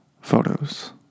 photos